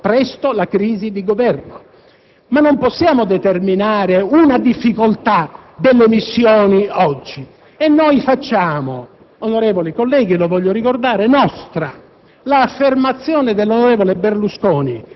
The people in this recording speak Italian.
Senza la difesa di questo Governo viene meno un elemento della missione di pace: la ricostruzione dell'equilibrio politico, difficilissimo per le circostanze per le quali l'Afghanistan è tra